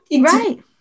right